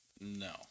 No